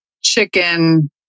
chicken